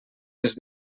les